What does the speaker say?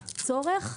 הצורך.